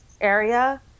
area